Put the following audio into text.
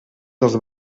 dels